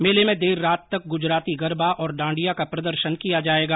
मेले में देर रात तक गुजराती गरबा और डांडिया का प्रदर्शन किया जायेगा